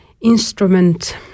instrument